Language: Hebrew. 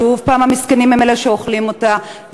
שוב המסכנים הם אלה שאוכלים אותה,